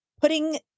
putting